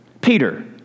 Peter